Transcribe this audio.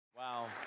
Wow